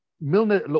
Milner